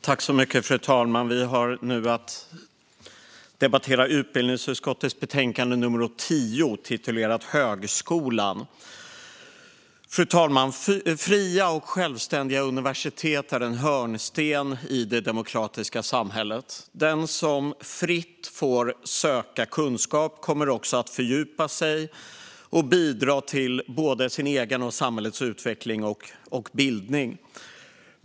Fru talman! Vi har nu att debattera utbildningsutskottets betänkande numro 10, titulerat Högskolan . Fria och självständiga universitet är en hörnsten i det demokratiska samhället. Den som fritt får söka kunskap kommer också att fördjupa sig och bidra till både sin egen och samhällets utveckling och bildning.